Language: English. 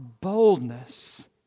boldness